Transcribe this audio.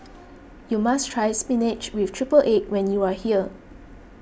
you must try Spinach with Triple Egg when you are here